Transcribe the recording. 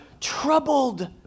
troubled